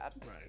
right